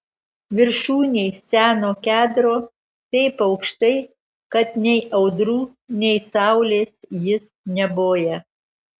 viršūnėj seno kedro taip aukštai kad nei audrų nei saulės jis neboja